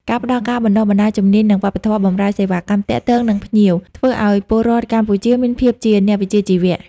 ការផ្ដល់ការបណ្តុះបណ្តាលជំនាញនិងវប្បធម៌បម្រើសេវាកម្មទាក់ទងនឹងភ្ញៀវ ធ្វើឲ្យពលរដ្ឋកម្ពុជាមានភាពជាអ្នកវិជ្ជាជីវៈ។